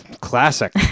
Classic